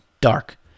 dark